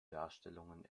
darstellungen